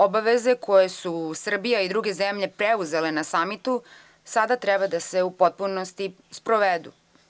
Obaveze koje su Srbija i druge zemlje preuzele na samitu sada treba da se u potpunosti sprovedu.